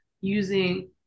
using